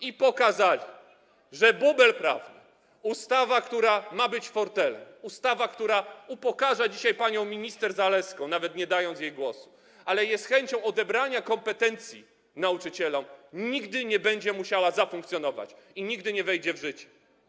i pokazali, że bubel prawny, ustawa, która ma być fortelem, ustawa, która upokarza dzisiaj panią minister Zalewską - nawet nie dano jej głosu - a wynika z chęci odebrania kompetencji nauczycielom, nigdy nie będzie musiała zafunkcjonować i nigdy nie wejdzie w życie.